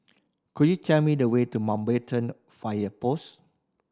could you tell me the way to Mountbatten Fire Post